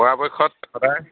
পৰাপক্ষত সদায়